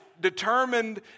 determined